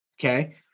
okay